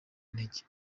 intege